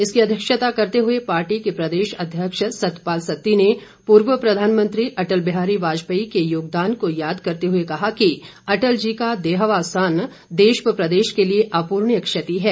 इसकी अध्यक्षता करते हुए पार्टी के प्रदेश अध्यक्ष सतपाल सत्ती ने पूर्व प्रधानमंत्री अटल बिहारी वाजपेयी के योगदान को याद करते हुए कहा कि अटल जी का देहावसान देश व प्रदेश के लिए अपूर्णीय क्षति है